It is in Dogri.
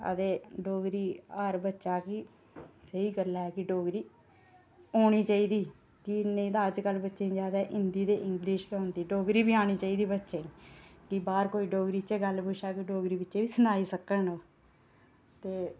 ते डोगरी हर बच्चा कि सेही करी लै कि डोगरी औनी चाहिदी की नेईं तां अजकल बच्चें गी जादा हिंदी ते इंगलिश गै औंदी ते डोगरी बी औनी चाहिदी बच्चें गी ते बाह्र कोई डोगरी चें गल्ल पुच्छै ते डोगरी च सनाई सकन ओह् ते